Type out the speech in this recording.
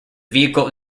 vehicle